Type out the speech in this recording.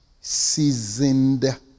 seasoned